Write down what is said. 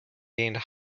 gained